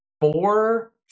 four